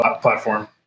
platform